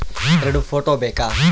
ಎರಡು ಫೋಟೋ ಬೇಕಾ?